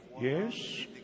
Yes